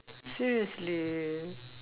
seriously